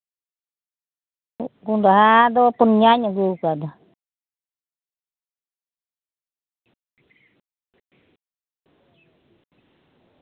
ᱠᱚᱸᱰᱷᱟ ᱫᱚ ᱯᱩᱱᱭᱟᱧ ᱟᱹᱜᱩ ᱟᱠᱟᱫᱟ